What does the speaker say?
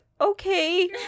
okay